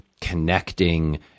connecting